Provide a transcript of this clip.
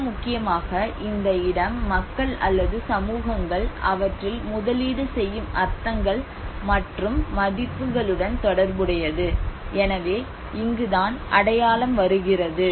மிக முக்கியமாக இந்த இடம் மக்கள் அல்லது சமூகங்கள் அவற்றில் முதலீடு செய்யும் அர்த்தங்கள் மற்றும் மதிப்புகளுடன் தொடர்புடையது எனவே இங்குதான் அடையாளம் வருகிறது